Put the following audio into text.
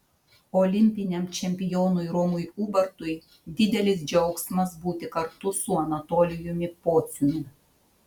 olimpiniam čempionui romui ubartui didelis džiaugsmas būti kartu su anatolijumi pociumi